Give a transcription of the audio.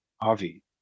Avi